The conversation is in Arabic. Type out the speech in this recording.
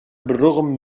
بالرغم